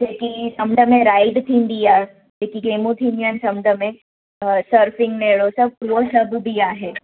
जेकी समुंड में जेके राइड थींदी आहे जेकी गेमूं थींदी आहे समुंड में त सर्फिंग अहिड़ो उहो सभ बि आहे